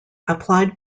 applied